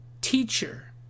teacher